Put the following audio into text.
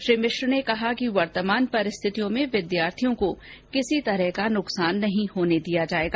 श्री मिश्र ने कहा कि वर्तमान परिस्थितियों में विद्यार्थियों को किसी तरह का नुकसान नहीं होने दिया जायेगा